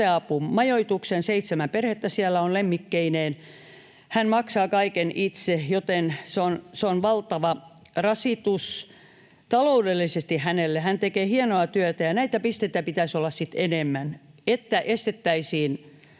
hätäapumajoituksen. Seitsemän perhettä siellä on lemmikkeineen. Hän maksaa kaiken itse, joten se on valtava rasitus taloudellisesti hänelle. Hän tekee hienoa työtä. Näitä pisteitä pitäisi olla enemmän, että estettäisiin